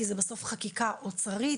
כי זה בסוף חקיקה אוצרית,